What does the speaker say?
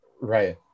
Right